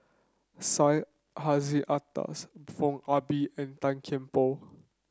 Syed Hussein Alatas Foo Ah Bee and Tan Kian Por